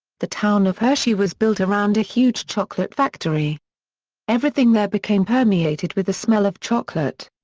the town of hershey was built around a huge chocolate factory everything there became permeated with the smell of chocolate.